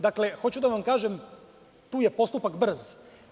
Dakle, hoću da vam kažem, tu je postupak brz.